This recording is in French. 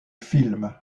film